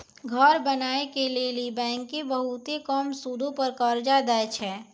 घर बनाय के लेली बैंकें बहुते कम सूदो पर कर्जा दै छै